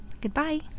Goodbye